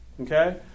Okay